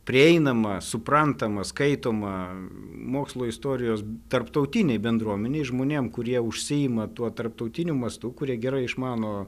prieinamą suprantamą skaitomą mokslo istorijos tarptautinei bendruomenei žmonėm kurie užsiima tuo tarptautiniu mastu kurie gerai išmano